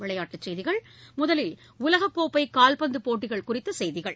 விளையாட்டுச் செய்திகள் முதலில் உலகக்கோப்பை கால்பந்து போட்டிகள் குறித்த செய்திகள்